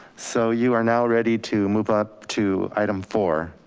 so you are now ready to move up to item four.